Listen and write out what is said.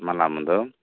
ᱢᱟᱞᱟ ᱢᱩᱫᱟᱹᱢ